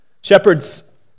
Shepherds